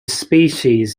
species